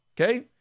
Okay